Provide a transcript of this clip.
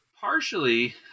partially